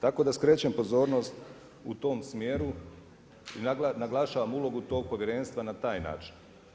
Tako da skrećem pozornost u tom smjeru i naglašavam ulogu tog Povjerenstva na taj način.